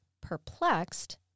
perplexed